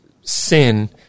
sin